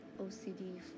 OCD